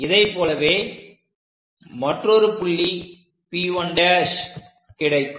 இதைப் போலவே மற்றொரு புள்ளி P 1' கிடைக்கும்